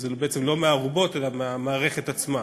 מה שנקרא, שזה לא מהארובות אלא מהמערכת עצמה.